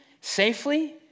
safely